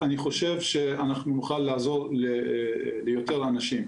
אני חושב שאנחנו נוכל לעזור ליותר אנשים.